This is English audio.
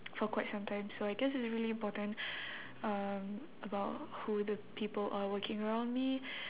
for quite sometime so I guess it's really important um about who the people are working around me